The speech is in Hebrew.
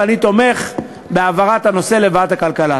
ואני תומך בהעברת הנושא לוועדת הכלכלה.